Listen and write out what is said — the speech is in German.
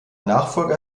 nachfolger